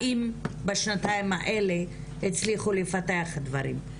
האם בשנתיים האלה הצליחו לפתח דברים?